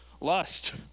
Lust